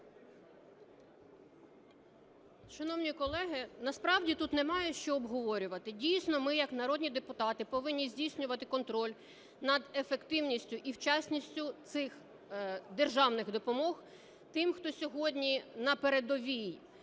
Шановні колеги, насправді тут немає що обговорювати. Дійсно, ми, як народні депутати, повинні здійснювати контроль над ефективністю і вчасністю цих державних допомог тим, хто сьогодні на передовій